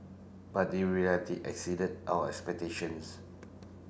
but the reality exceeded our expectations